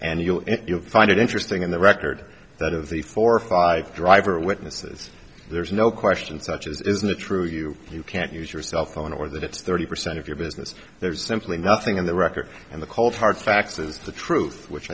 and you'll find it interesting in the record that of the four or five driver witnesses there's no question such as isn't it true you can't use your cell phone or that it's thirty percent of your business there's simply nothing in the record and the cold hard facts is the truth which